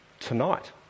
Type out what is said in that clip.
tonight